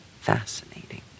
fascinating